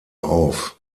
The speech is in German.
auf